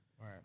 right